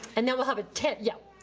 and then we'll have a ten, yeah.